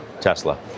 Tesla